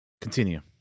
continue